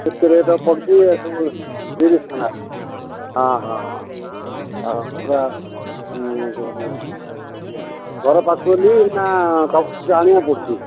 କେତେ ରେଟ୍ ପଡ଼ୁଛି ଏ ସବୁ ତିରିଶ ଟଙ୍କା ହଁ ହଁ ହଁ ଆଉ ପୁରା ଘର ପାଖକୁ ନେଉଛି ଆାଣିବାକୁ ପଡ଼ୁଛି